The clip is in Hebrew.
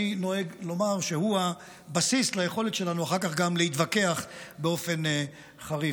אני נוהג לומר שהוא הבסיס ליכולת שלנו אחר כך גם להתווכח באופן חריף.